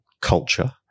culture